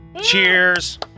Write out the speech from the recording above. Cheers